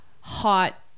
hot